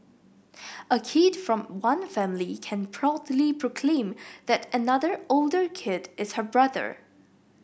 a kid from one family can proudly proclaim that another older kid is her brother